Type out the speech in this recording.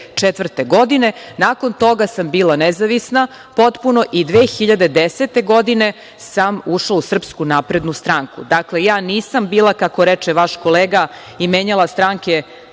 godine. Nakon toga sam bila nezavisna potpuno i 2010. godine sam ušla u SNS. Dakle, ja nisam bila, kako reče vaš kolega, i menjala stranke